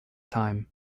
time